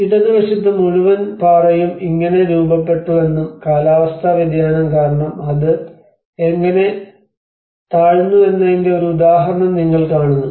ഇടതുവശത്ത് മുഴുവൻ പാറയും എങ്ങനെ രൂപപ്പെട്ടുവെന്നും കാലാവസ്ഥാ വ്യതിയാനം കാരണം അത് എങ്ങനെ താഴുന്നുവെന്നതിന്റെ ഒരു ഉദാഹരണം നിങ്ങൾ കാണുന്നു